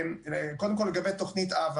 קודם כול, לגבי תוכנית אב.